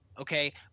okay